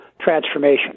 transformation